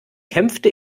kämpfte